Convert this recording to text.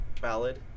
valid